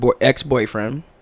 ex-boyfriend